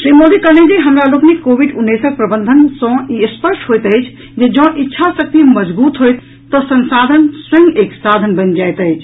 श्री मोदी कहलनि जे हमरा लोकनिक कोविड उन्नैस प्रबंधन सँ ई स्पष्ट होइत अछि जे जाँ इच्छाशक्ति मजगूत होयत तऽ संसाधन स्वयं एक साधन बनि जायत अछि